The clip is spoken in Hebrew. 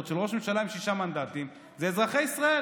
של ראש ממשלה עם שישה מנדטים הם אזרחי ישראל.